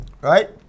right